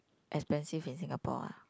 expensive in Singapore ah